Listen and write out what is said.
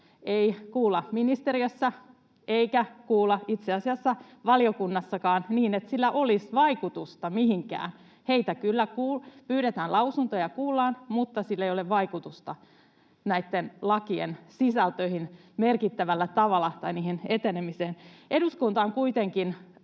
ei kuulla ministeriössä eikä kuulla itse asiassa valiokunnassakaan, niin että sillä olisi vaikutusta mihinkään. Heiltä kyllä pyydetään lausuntoja ja heitä kuullaan, mutta sillä ei ole vaikutusta näitten lakien sisältöihin merkittävällä tavalla tai niiden etenemiseen. Eduskunta on kuitenkin